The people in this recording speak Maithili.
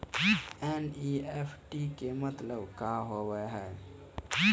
एन.ई.एफ.टी के मतलब का होव हेय?